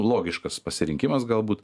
logiškas pasirinkimas galbūt